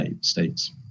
states